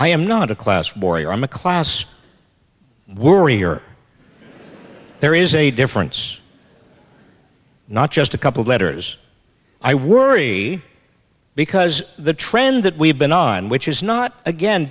i am not a class warrior i'm a class worrier there is a difference not just a couple of letters i worry because the trend that we've been on which is not again